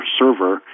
server